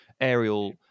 aerial